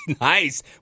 Nice